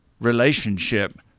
relationship